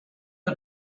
der